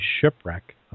shipwreck